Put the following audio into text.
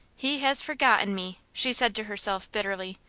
he has forgotten me! she said to herself, bitterly.